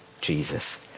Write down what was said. Jesus